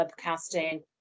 webcasting